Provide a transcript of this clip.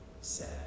sad